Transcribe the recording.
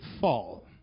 fall